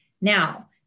Now